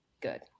good